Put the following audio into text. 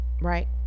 right